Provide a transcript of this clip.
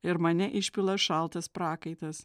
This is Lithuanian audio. ir mane išpila šaltas prakaitas